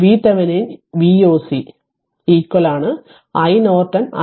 അതിനാൽ VThevenin Voc iNorton i s c